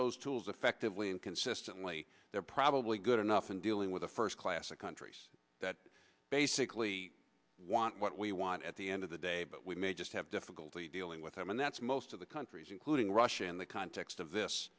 those tools effectively and consistently they're probably good enough in dealing with a first class of countries that basically want what we want at the end of the day but we may just have difficulty dealing with them and that's most of the countries including russia in the context of this